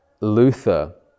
Luther